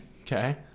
okay